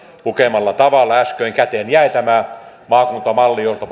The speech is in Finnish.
lukemalla tavalla käteen jäi tämä maakuntamalli jonka